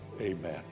Amen